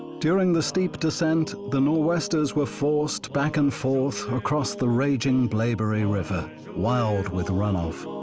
during the steep descent, the nor'westers were forced back and forth across the raging blaeberry river, wild with runoff.